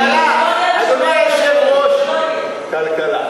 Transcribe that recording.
אדוני היושב-ראש, כלכלה.